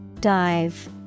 Dive